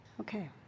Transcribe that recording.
Okay